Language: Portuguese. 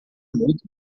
muito